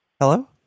hello